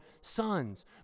sons